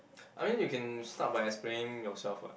I mean you can start by explaining yourself [what]